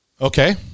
Okay